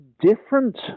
different